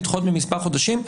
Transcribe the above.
לדחות במספר חודשים.